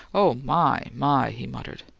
oh, my, my! he muttered,